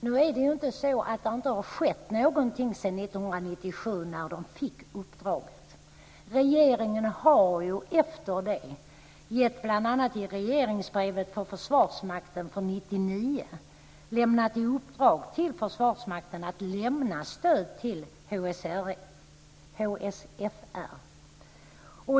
Fru talman! Det är inte så att det inte har skett någonting sedan 1997 när de fick uppdraget. Regeringen har ju efter det gett bl.a. i regeringsbrevet till Försvarsmakten för 1999 i uppdrag till Försvarsmakten att lämna stöd till HSFR.